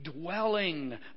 dwelling